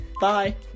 Bye